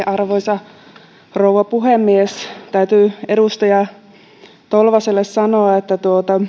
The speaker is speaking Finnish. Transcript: arvoisa rouva puhemies täytyy edustaja tolvaselle sanoa että